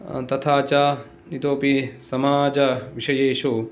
तथा च इतोपि समाजविषयेषु